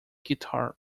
guitar